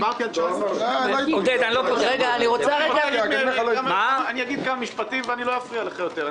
דיברתי על 2019. אני אגיד כמה משפטים ולא אפריע לך יותר.